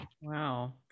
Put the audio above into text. wow